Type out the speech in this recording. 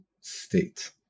state